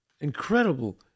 incredible